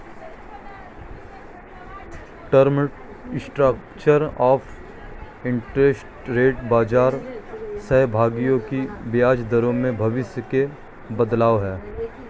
term structure of interest rate बाजार सहभागियों की ब्याज दरों में भविष्य के बदलाव है